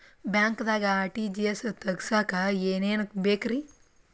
ಬ್ಯಾಂಕ್ದಾಗ ಆರ್.ಟಿ.ಜಿ.ಎಸ್ ತಗ್ಸಾಕ್ ಏನೇನ್ ಬೇಕ್ರಿ?